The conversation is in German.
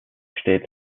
steht